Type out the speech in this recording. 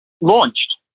launched